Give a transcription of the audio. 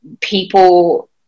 people